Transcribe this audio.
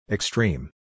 Extreme